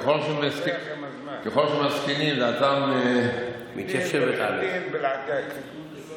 ככל שמזקינים, דעתם, מתיישבת עליהם.